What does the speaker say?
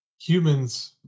humans